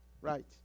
right